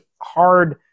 hard